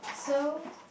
so